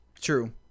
True